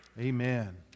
Amen